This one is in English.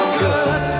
good